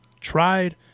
tried